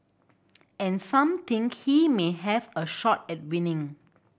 and some think he may have a shot at winning